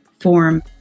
form